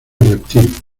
reptil